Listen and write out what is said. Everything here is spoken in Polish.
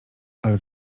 ale